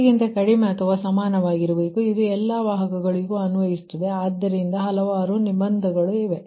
ಇದಕ್ಕಿಂತ ಕಡಿಮೆ ಅಥವಾ ಸಮಾನ ವಾಗಿರಬೇಕು ಇದು ಎಲ್ಲ ವಾಹಕಗಳಿಗು ಅನ್ವಯಿಸುತ್ತದೆ ಆದ್ದುದರಿಂದ ಹಲವಾರು ನಿರ್ಬಂಧಗಳು ಇವೆ